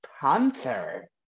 Panther